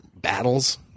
battles